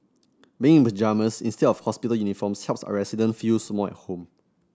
being in the pyjamas instead of hospital uniforms helps our resident feels more at home